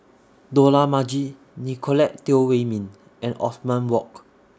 Dollah Majid Nicolette Teo Wei Min and Othman Wok